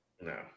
No